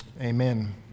amen